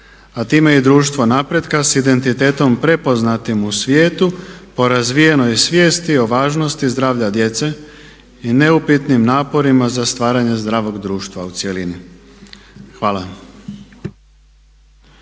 a time i društva napretka sa identitetom prepoznatim u svijetu po razvijenoj svijesti o važnosti zdravlja djece i neupitnim naporima za stvaranje zdravog društva u cjelini. Hvala.